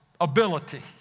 ability